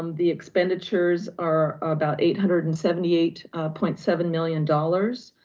um the expenditures are about eight hundred and seventy eight point seven million dollars,